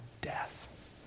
death